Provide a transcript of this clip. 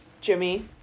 Jimmy